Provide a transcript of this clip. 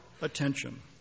attention